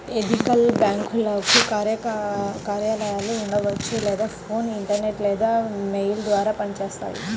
ethical బ్యేంకులకు కార్యాలయాలు ఉండవచ్చు లేదా ఫోన్, ఇంటర్నెట్ లేదా మెయిల్ ద్వారా పనిచేస్తాయి